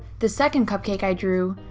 the second cupcake i drew,